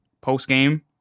post-game